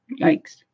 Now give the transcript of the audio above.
yikes